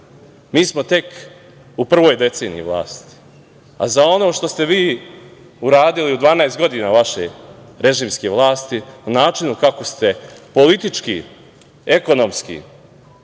smo tek u prvoj deceniji vlasti, a za ono što ste vi uradili u 12 godina vaše režimske vlasti, u načinu kako ste politički, ekonomski,